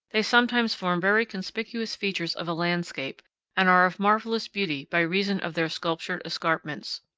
they sometimes form very conspicuous features of a landscape and are of marvelous beauty by reason of their sculptured escarpments.